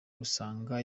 gusanga